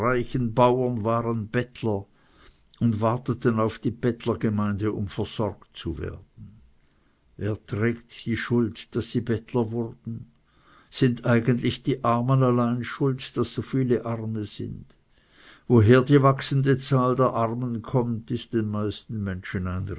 bauern waren bettler und warteten auf die bettlergemeinde um versorgt zu werben wer trägt die schuld daß sie bettler wurden sind eigentlich die armen allein schuld daß so viele arme sind woher die wachsende zahl der armen kommt ist den meisten menschen